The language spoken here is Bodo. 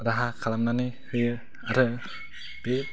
राहा खालामनानै होयो आरो बे